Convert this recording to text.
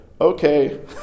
okay